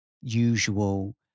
usual